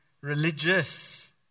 religious